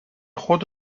خود